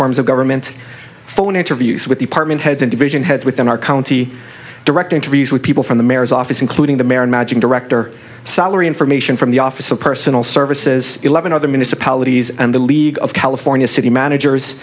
forms of government phone interviews with department heads and division heads within our county directories with people from the mayor's office including the mayor and magic director salary information from the office of personal services eleven other municipalities and the league of california city managers